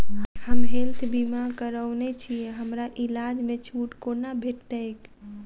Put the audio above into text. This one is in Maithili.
हम हेल्थ बीमा करौने छीयै हमरा इलाज मे छुट कोना भेटतैक?